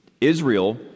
Israel